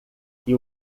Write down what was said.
que